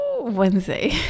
Wednesday